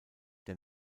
der